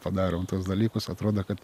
padarom tuos dalykus atrodo kad